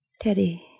Teddy